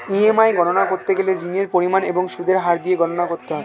EMI গণনা করতে গেলে ঋণের পরিমাণ এবং সুদের হার দিয়ে গণনা করতে হয়